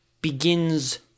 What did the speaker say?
begins